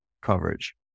coverage